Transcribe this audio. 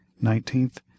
nineteenth